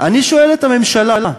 אני שואל את הממשלה,